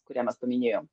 kurią mes paminėjom